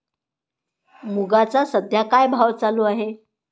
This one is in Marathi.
मुगाचा सध्या काय भाव चालू आहे?